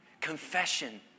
Confession